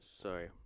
Sorry